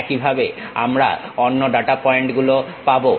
একইভাবে আমরা অন্য ডাটা পয়েন্ট গুলো পাবো